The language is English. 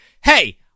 hey